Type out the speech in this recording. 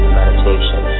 meditation